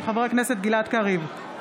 של חבר הכנסת גלעד קריב,